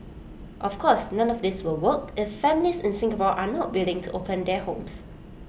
of course none of this will work if families in Singapore are not willing to open their homes